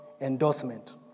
endorsement